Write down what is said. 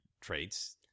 traits